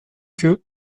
que